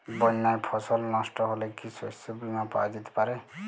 বন্যায় ফসল নস্ট হলে কি শস্য বীমা পাওয়া যেতে পারে?